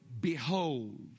behold